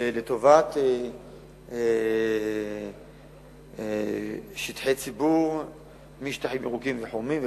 לטובת שטחי ציבור משטחים ירוקים וחומים וכדומה.